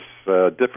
different